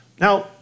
Now